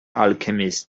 alchemist